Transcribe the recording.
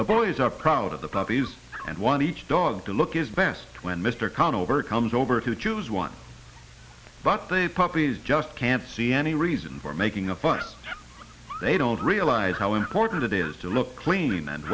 the boys are proud of the puppies and one each dog to look is best when mr khan over comes over to choose one but they puppies just can't see any reason for making a fuss they don't realize how important it is to look clean and